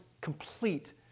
complete